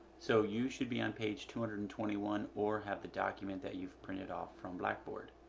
so, you should be on page two hundred and twenty one or have the document that you've printed off from blackboard.